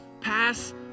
pass